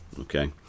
okay